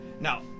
Now